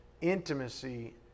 intimacy